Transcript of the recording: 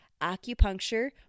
acupuncture